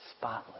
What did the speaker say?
spotless